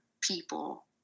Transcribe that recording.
people